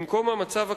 במקום המצב הקיים,